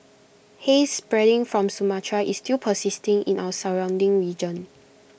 haze spreading from Sumatra is still persisting in our surrounding region